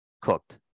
cooked